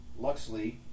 Luxley